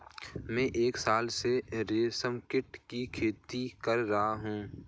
मैं एक साल से रेशमकीट की खेती कर रहा हूँ